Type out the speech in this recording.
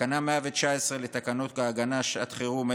תקנה 119 לתקנות ההגנה (שעת חירום),